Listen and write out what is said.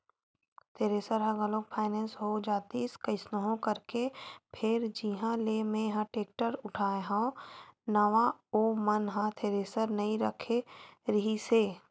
thresher ह घलोक finance हो जातिस कइसनो करके फेर जिहाँ ले मेंहा टेक्टर उठाय हव नवा ओ मन ह थेरेसर नइ रखे रिहिस हे